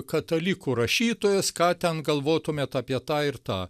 katalikų rašytojas ką ten galvotumėt apie tą ir tą